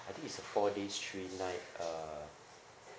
I think it's a four days three nights uh